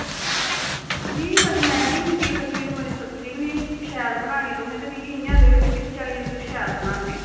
में मती मैहंगी बी निं पी सकनीं ते मती सस्ती बी निं ते शैल बनानी तुसें ते मिगी घर जेह्ड़ी शैल बनाने